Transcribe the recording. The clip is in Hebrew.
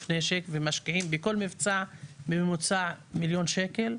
נשק ומשקיעים בכל מבצע בממוצע מיליון שקל,